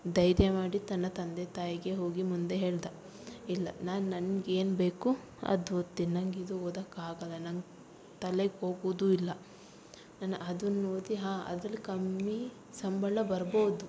ಧೈರ್ಯ ಮಾಡಿ ತನ್ನ ತಂದೆ ತಾಯಿಗೆ ಹೋಗಿ ಮುಂದೆ ಹೇಳಿದ ಇಲ್ಲ ನಾನು ನನ್ಗೆ ಏನು ಬೇಕು ಅದು ಓದ್ತೀನಿ ನಂಗೆ ಇದು ಓದೋಕ್ಕಾಗಲ್ಲ ನಂಗೆ ತಲೇಗೆ ಹೋಗೋದು ಇಲ್ಲ ನಾನು ಅದನ್ ಓದಿ ಹಾಂ ಅದ್ರಲ್ಲಿ ಕಮ್ಮಿ ಸಂಬಳ ಬರ್ಬೋದು